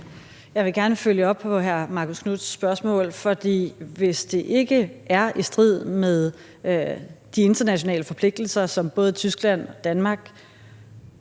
Jeg vil gerne følge op på hr. Marcus Knuths spørgsmål, for hvis det ikke er i strid med de internationale forpligtelser, som både Tyskland og Danmark